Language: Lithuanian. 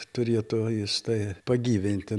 turėtų jis tai pagyvinti